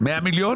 100 מיליון